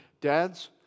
Dads